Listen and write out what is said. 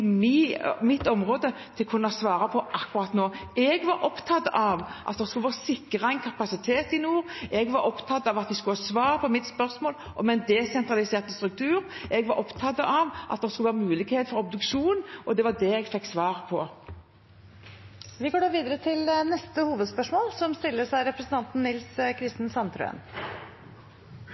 mitt område å kunne svare på akkurat nå. Jeg var opptatt av at vi skulle få sikret en kapasitet i nord. Jeg var opptatt av at de skulle ha svar på mitt spørsmål om en desentralisert struktur. Jeg var opptatt av at det skulle være mulighet for obduksjon, og det var det jeg fikk svar på. Vi går videre til neste hovedspørsmål. Trygg mat og friske dyr er avgjørende også for helsen til folk. Verdien av